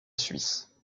suisse